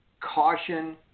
Caution